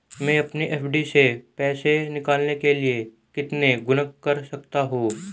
मैं अपनी एफ.डी से पैसे निकालने के लिए कितने गुणक कर सकता हूँ?